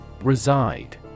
reside